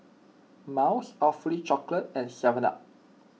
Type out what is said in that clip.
Miles Awfully Chocolate and Seven Up